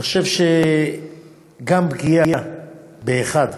אני חושב שגם פגיעה באחד